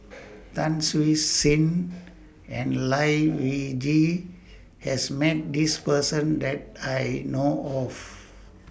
Tan Siew Sin and Lai Weijie has Met This Person that I know of